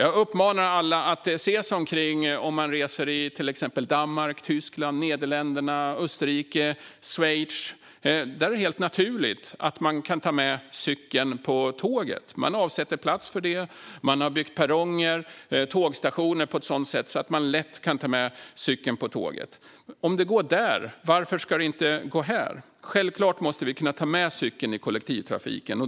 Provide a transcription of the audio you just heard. Jag uppmanar alla som reser i till exempel Danmark, Tyskland, Nederländerna, Österrike eller Schweiz att se sig omkring. Där är det helt naturligt att det går att ta med cykeln på tåget. Man avsätter plats för det. Man har byggt perronger och tågstationer på ett sådant sätt att det lätt går att ta med cykeln på tåget. Om det går där, varför skulle det inte gå här? Självklart måste vi kunna ta med cykeln i kollektivtrafiken.